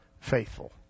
faithful